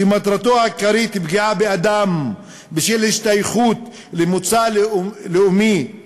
שמטרתו העיקרית היא פגיעה באדם בשל השתייכות למוצא לאומי-אתני,